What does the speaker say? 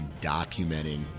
documenting